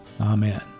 Amen